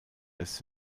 ist